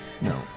No